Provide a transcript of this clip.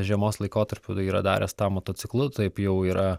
žiemos laikotarpiu yra daręs tą motociklu taip jau yra